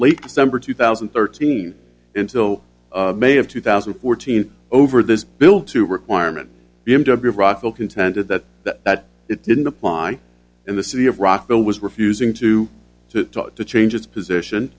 late december two thousand and thirteen until may of two thousand and fourteen over this bill two requirement b m w brockville contended that the that it didn't apply in the city of rockville was refusing to to to change its position